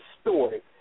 story